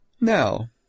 Now